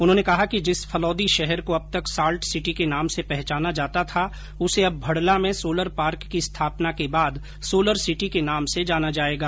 उन्होंने कहा कि जिस फलोदी शहर को अब तक साल्ट सिटी के नाम से पहचाना जाता था उसे अब भड़ला में सोलर पार्क की स्थापना के बाद सोलर सिटी के नाम से जाना जाएगा